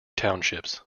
townships